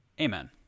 Amen